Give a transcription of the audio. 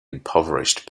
impoverished